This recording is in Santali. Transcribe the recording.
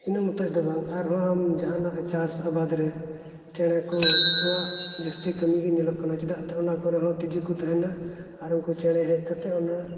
ᱤᱱᱟᱹ ᱢᱚᱛᱚ ᱫᱚ ᱵᱟᱝ ᱟᱨᱦᱚᱸ ᱡᱟᱦᱟᱱᱟᱜ ᱪᱟᱥ ᱟᱵᱟᱫ ᱨᱮ ᱪᱮᱬᱮ ᱠᱚᱣᱟᱜ ᱡᱟᱹᱥᱛᱤ ᱠᱟᱹᱢᱤᱜᱮ ᱧᱮᱞᱚᱜ ᱠᱟᱱᱟ ᱪᱮᱫᱟᱜ ᱥᱮ ᱚᱱᱟ ᱠᱚᱨᱮᱦᱚᱸ ᱛᱤᱡᱩ ᱠᱚ ᱛᱟᱦᱮᱱᱟ ᱟᱨ ᱩᱱᱠᱩ ᱪᱮᱬᱮ ᱦᱮᱡ ᱠᱟᱛᱮᱫ ᱚᱱᱟ